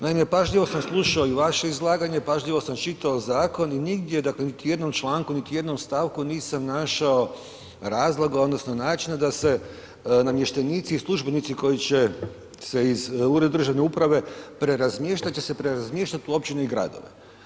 Naime, pažljivo sam slušao i vaše izlaganje, pažljivo sam čitao zakon i nigdje, dakle niti u jednom članku, niti u jednom stavku nisam našao razloga, odnosno načina da se namještenici i službenici koji će se iz ureda državne uprave prerazmještati će se prerazmještati u općine i gradove.